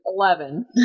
Eleven